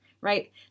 right